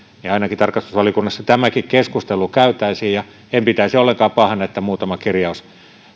niin ainakin tarkastusvaliokunnassa tämäkin keskustelu käytäisiin ja en pitäisi ollenkaan pahana että muutama kirjaus